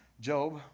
Job